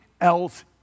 else